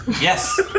yes